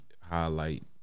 highlight